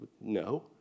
No